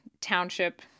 township